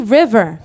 river